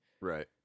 right